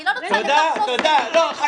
אני לא רוצה (אומרת מילים בשפה הערבית).